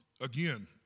again